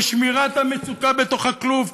בשמירת המצוקה בתוך הכלוב,